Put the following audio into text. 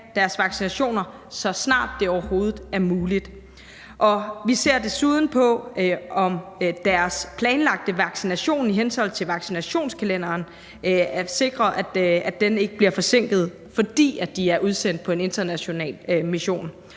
deres vaccinationer, så snart det overhovedet er muligt. Vi ser desuden på deres planlagte vaccination i henhold til vaccinationskalenderen for at sikre, at den ikke bliver forsinket, fordi de er udsendt på en international mission.